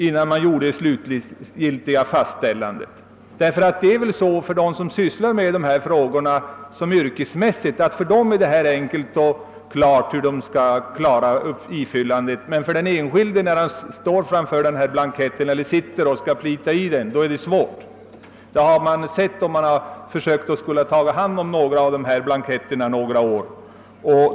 För dem som yrkesmässigt sysslar med dessa frågor är det enkelt att klara ifyllandet, men för den enskilde är det svårt när han sitter framför denna blankett och skall fylla i den. Det har man erfarit om man under några år försökt ta hand om dessa blanketter.